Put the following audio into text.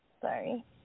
Sorry